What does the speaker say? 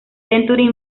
century